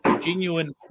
genuine